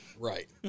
Right